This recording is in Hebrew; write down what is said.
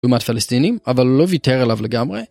אומת פלסטינים אבל לא ויתר עליו לגמרי